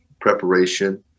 preparation